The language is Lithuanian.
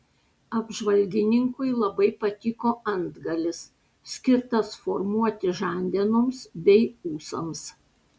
apžvalgininkui labai patiko antgalis skirtas formuoti žandenoms bei ūsams